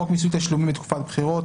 12. בחוק מיסוי תשלומים בתקופת בחירות,